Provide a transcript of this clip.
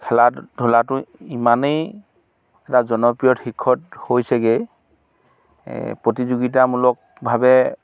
খেলা ধূলাটো ইমানেই এটা জনপ্ৰিয় শিখৰত হৈছেগে প্ৰতিযোগিতামূলকভাৱে